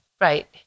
Right